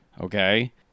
okay